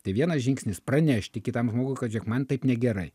tai vienas žingsnis pranešti kitam žmogui kad žiūrėk man taip negerai